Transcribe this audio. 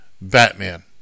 Batman